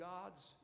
God's